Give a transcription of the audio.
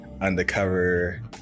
undercover